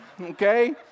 okay